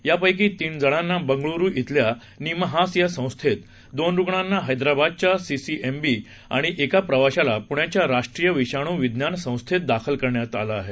यापकी तीन जणांना बंगळुरू इथल्या निमहांस या संस्थेत दोन रुणांना हस्त्राबादच्या सीसीएमबी आणि एका प्रवाशाला पुण्याच्या राष्ट्रीय विषाणू विज्ञान संस्थेत दाखल केलं आहे